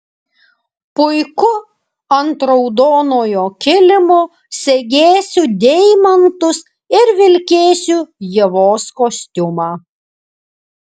puiku ant raudonojo kilimo segėsiu deimantus ir vilkėsiu ievos kostiumą